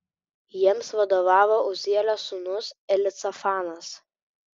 jiems vadovavo uzielio sūnus elicafanas